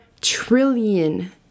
trillion